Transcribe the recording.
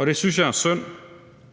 Det synes jeg er synd.